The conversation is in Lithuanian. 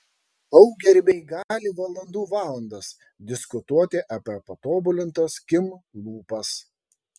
šou gerbėjai gali valandų valandas diskutuoti apie patobulintas kim lūpas